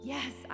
Yes